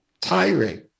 tiring